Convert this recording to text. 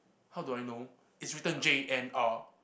how do I know is written J_N_R